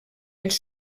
ells